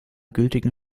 gültigen